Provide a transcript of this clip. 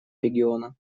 региона